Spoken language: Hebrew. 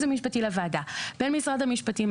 המשפטי לוועדה לבין משרד המשפטים,